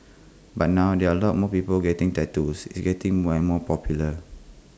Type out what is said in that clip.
but now there are A lot of more people getting tattoos it's getting more and more popular